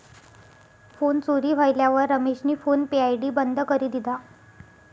phone चोरी व्हयेलवर रमेशनी फोन पे आय.डी बंद करी दिधा